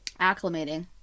Acclimating